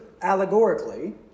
allegorically